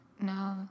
No